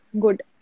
good